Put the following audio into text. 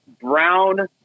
brown